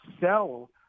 sell